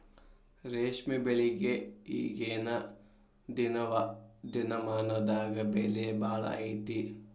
ರೇಶ್ಮೆ ಬೆಳಿಗೆ ಈಗೇನ ದಿನಮಾನದಾಗ ಬೆಲೆ ಭಾಳ ಐತಿ